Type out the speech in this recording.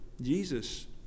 Jesus